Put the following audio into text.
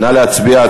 נא להצביע.